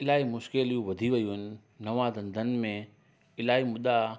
इलाही मुश्किलियूं वधी वियूं आहिनि नवा धंधनि में इलाही मुदा